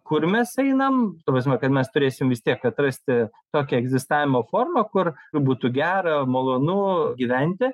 kur mes einam ta prasme kad mes turėsim vis tiek atrasti tokią egzistavimo formą kur būtų gera malonu gyventi